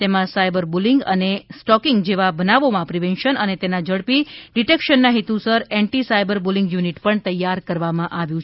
તેમાં cyber bullying અને stalking જેવા બનાવોમાં પ્રિવેન્શન અને તેના ઝડપી ડીટેકશનના હેતુસર એન્ટી સાયબર બુલીંગ યુનિટ પણ તૈયાર કરવામાં આવ્યુ છે